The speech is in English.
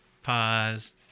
pause